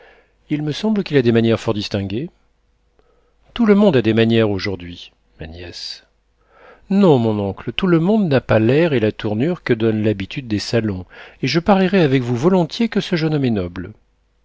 il me semble qu'il a des manières fort distinguées tout le monde a des manières aujourd'hui ma nièce non mon oncle tout le monde n'a pas l'air et la tournure que donne l'habitude des salons et je parierais avec vous volontiers que ce jeune homme est noble